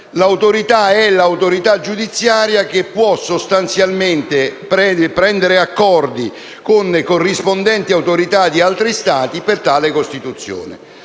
capo all'autorità giudiziaria, che può sostanzialmente prendere accordi con corrispondenti autorità di altri Stati per tale costituzione.